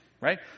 right